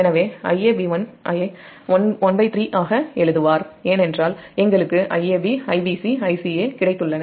எனவே Iab1 ஐ 13 ஆக எழுதுவார் ஏனென்றால் நமக்கு Iab Ibc Ica கிடைத்துள்ளன